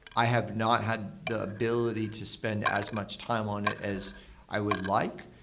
i have not had the ability to spend as much time on it as i would like.